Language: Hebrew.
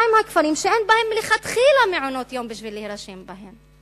מה עם הכפרים שאין בהם מלכתחילה מעונות-יום בשביל להירשם בהם?